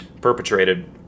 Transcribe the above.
perpetrated